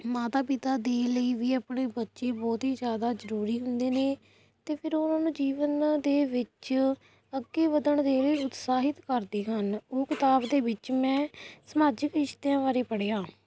ਮਾਤਾ ਪਿਤਾ ਦੇ ਲਈ ਵੀ ਆਪਣੇ ਬੱਚੇ ਬਹੁਤ ਹੀ ਜ਼ਿਆਦਾ ਜ਼ਰੂਰੀ ਹੁੰਦੇ ਨੇ ਅਤੇ ਫਿਰ ਉਨ੍ਹਾਂ ਦੇ ਜੀਵਨ ਦੇ ਵਿੱਚ ਅੱਗੇ ਵਧਣ ਦੇ ਲਈ ਉਤਸ਼ਾਹਿਤ ਕਰਦੇ ਹਨ ਉਹ ਕਿਤਾਬ ਦੇ ਵਿੱਚ ਮੈਂ ਸਮਾਜਿਕ ਰਿਸ਼ਤਿਆਂ ਬਾਰੇ ਪੜ੍ਹਿਆ